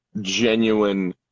genuine